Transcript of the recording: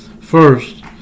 First